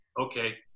okay